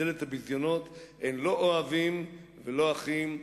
דלת הביזיונות אין לא אוהבים ולא אחים,